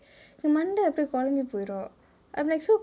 மண்ட அப்டியே கொழம்பி பொய்ரோ:manda apdiye kozhambi poiro I'm like so